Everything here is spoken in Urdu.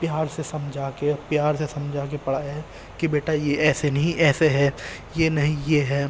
پیار سے سمجھا کے پیار سے سمجھا کے پڑھایا ہے کہ بیٹا یہ ایسے نہیں ایسے ہے یہ نہیں یہ ہے